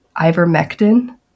ivermectin